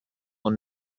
are